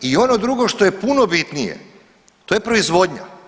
I ono drugo što je puno bitnije to je proizvodnja.